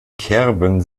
kerben